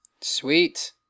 Sweet